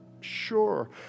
sure